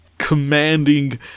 commanding